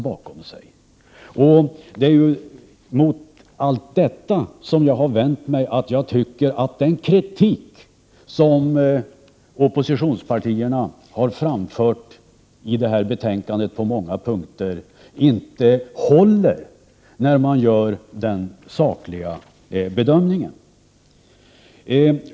Vad jag har vänt mig emot är att den kritik som oppositionspartierna har framfört på många punkter i betänkandet inte håller inför en saklig bedömning.